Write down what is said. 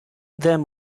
then